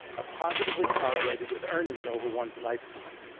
are positively correlated with earning over one's lifetime,